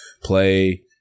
play